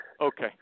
Okay